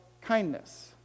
kindness